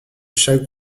chaque